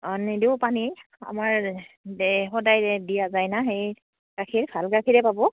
অঁ নিদিওঁ পানী আমাৰ দে সদায় দিয়া যায় ন সেই গাখীৰ ভাল গাখীৰে পাব